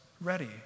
ready